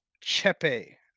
Chepe